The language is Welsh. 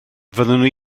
fyddwn